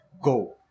go